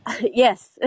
yes